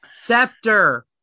scepter